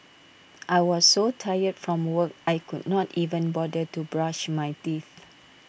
I was so tired from work I could not even bother to brush my teeth